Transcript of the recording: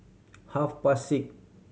half past six